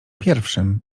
pierwszym